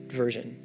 version